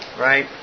right